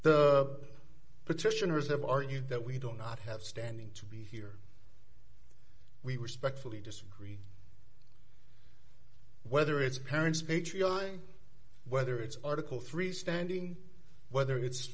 the petitioners have argued that we don't not have standing to be here we respectfully disagree whether it's parents patriarchy whether it's article three standing whether it's